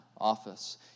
office